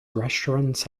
restaurants